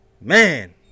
Man